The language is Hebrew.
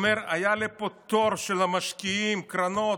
הוא אומר, היה לי פה תור של משקיעים, קרנות.